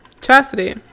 Chastity